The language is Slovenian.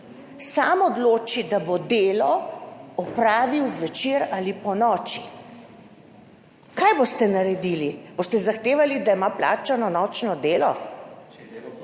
sam odloči, da bo delo opravil zvečer ali ponoči. Kaj boste naredili? Boste zahtevali, da ima plačano nočno delo?